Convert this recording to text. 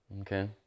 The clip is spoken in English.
Okay